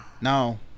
no